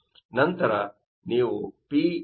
ನಂತರ ನೀವು Pw Pwv ಎಂದು ಹೇಳಬಹುದು